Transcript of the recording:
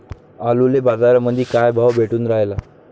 आलूले बाजारामंदी काय भाव भेटून रायला?